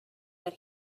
that